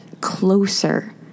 closer